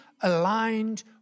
aligned